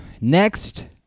next